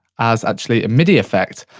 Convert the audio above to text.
as, actually a midi effect.